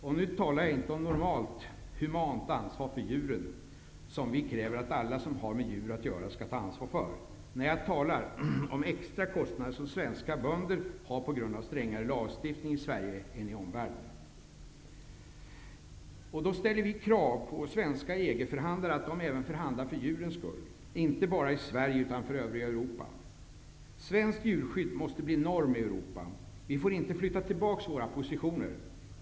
Jag talar nu inte om normalt humant ansvar för djuren, som vi kräver av alla som har med djur att göra. Nej, jag talar om extra kostnader som svenska bönder har på grund av strängare lagstiftning i Sverige än i omvärlden. Vi ställer krav på de svenska EG-förhandlarna att de även förhandlar för djurens skull -- inte bara djuren i Sverige utan även i övriga Europa. Svenskt djurskydd måste bli norm i Europa. Vi får inte flytta tillbaka våra positioner.